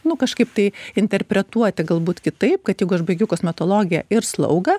nu kažkaip tai interpretuoti galbūt kitaip kad jeigu aš baigiu kosmetologiją ir slaugą